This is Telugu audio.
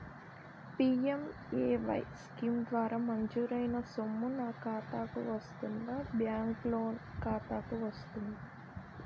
పి.ఎం.ఎ.వై స్కీమ్ ద్వారా మంజూరైన సొమ్ము నా ఖాతా కు వస్తుందాబ్యాంకు లోన్ ఖాతాకు వస్తుందా?